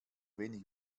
wenig